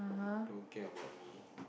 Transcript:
don't care about me